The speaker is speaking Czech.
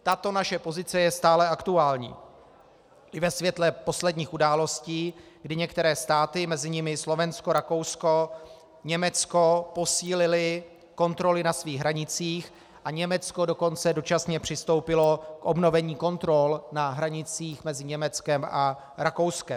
Tato naše pozice je stále aktuální i ve světle posledních událostí, kdy některé státy, mezi nimi i Slovensko, Rakousko, Německo, posílily kontroly na svých hranicích, a Německo dokonce dočasně přistoupilo k obnovení kontrol na hranicích mezi Německem a Rakouskem.